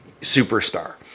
superstar